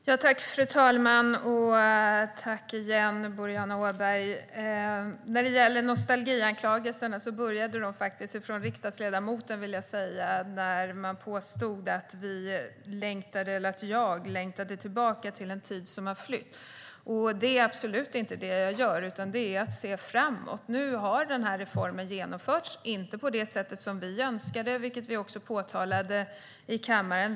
Fru talman! Jag tackar Boriana Åberg för detta. När det gäller nostalgianklagelserna vill jag säga att de faktiskt började från riksdagsledamoten när det påstods att jag längtade tillbaka till en tid som har flytt. Det är absolut inte det som jag gör, utan jag ser framåt. Nu har denna reform genomförts, men inte på det sätt som vi önskade. Det påpekade vi också i kammaren.